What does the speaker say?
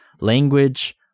language